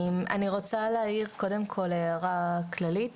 אני רוצה להעיר קודם הערה כללית.